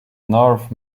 north